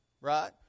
right